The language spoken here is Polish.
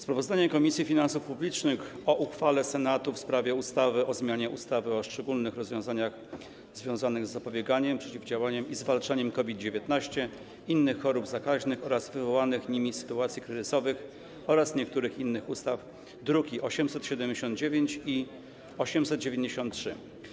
Sprawozdanie Komisji Finansów Publicznych o uchwale Senatu w sprawie ustawy o zmianie ustawy o szczególnych rozwiązaniach związanych z zapobieganiem, przeciwdziałaniem i zwalczaniem COVID-19, innych chorób zakaźnych oraz wywołanych nimi sytuacji kryzysowych oraz niektórych innych ustaw, druki nr 879 i 893.